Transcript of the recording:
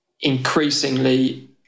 increasingly